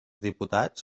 diputats